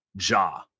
Ja